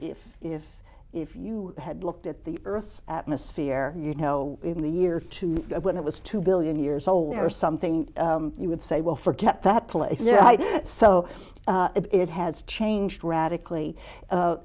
if if if you had looked at the earth's atmosphere you know in the year two when it was two billion years old or something you would say well forget that plagues or so it has changed radically